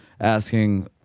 asking